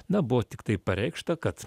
na buvo tiktai pareikšta kad